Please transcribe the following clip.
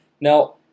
Now